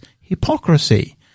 hypocrisy